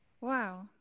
Wow